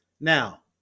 now